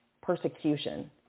persecution